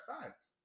facts